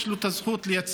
יש לו את הזכות לייצג,